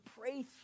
pray